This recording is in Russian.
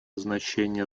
значение